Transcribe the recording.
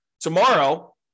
tomorrow